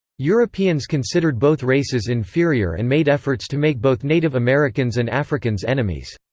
europeans considered both races inferior and made efforts to make both native americans and africans enemies.